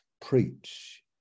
preach